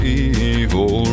evil